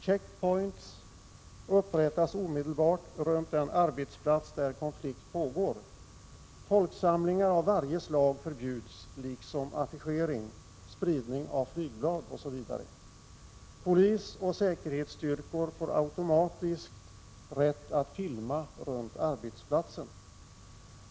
Check points upprättas omedelbart runt den arbetsplats där konflikt pågår. Folksamlingar av varje slag förbjuds liksom affischering, spridning av flygblad osv. Polisoch säkerhetsstyrkor får automatiskt rätt att filma runt arbetsplatsen.